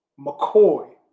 McCoy